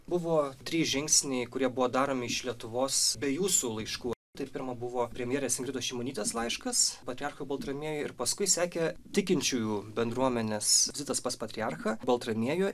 buvo trys žingsniai kurie buvo daromi iš lietuvos be jūsų laiškų tai pirma buvo premjerės ingridos šimonytės laiškas patriarchui baltramiejui ir paskui sekė tikinčiųjų bendruomenės vizitas pas patriarchą baltramiejų